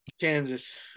Kansas